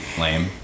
Lame